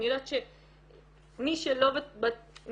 אני יודעת שמי שלא נאלץ,